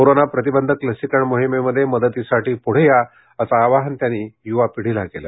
corona प्रतिबंधक लसीकरण मोहिमेमध्ये मदतीसाठी पुढे या असं आवाहन त्यांनी युवा पिढीला केलं